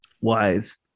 wise